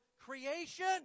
creation